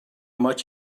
much